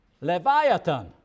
Leviathan